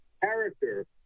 character